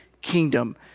kingdom